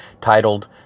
titled